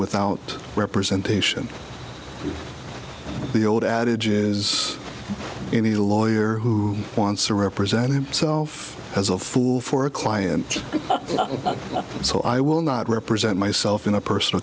without representation of the old adage is any lawyer who wants to represent himself has a fool for a client so i will not represent myself in a personal